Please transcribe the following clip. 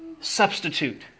substitute